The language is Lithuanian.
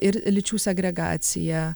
ir lyčių segregacija